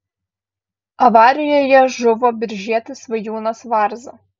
avarijoje žuvo biržietis svajūnas varza